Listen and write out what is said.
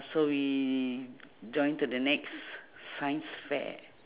so we join to the next science fair